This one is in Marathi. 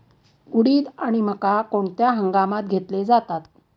उडीद आणि मका कोणत्या हंगामात घेतले जातात?